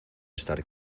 estar